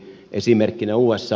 esimerkkinä usa